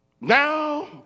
now